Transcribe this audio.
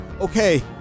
okay